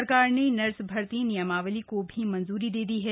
सरकार ने नर्स भर्ती नियमावली को भी मंजूरी दे दी है